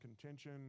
contention